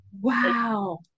Wow